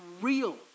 real